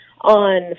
on